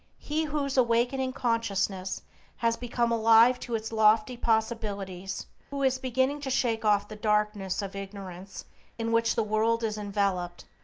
he whose awakening consciousness has become alive to its lofty possibilities, who is beginning to shake off the darkness of ignorance in which the world is enveloped,